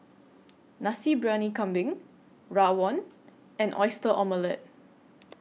Nasi Briyani Kambing Rawon and Oyster Omelette